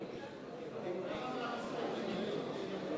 שאחד ידבר חצי שעה